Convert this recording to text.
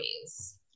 ways